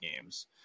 games